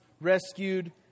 rescued